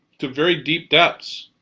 to very deep depths,